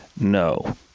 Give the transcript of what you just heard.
No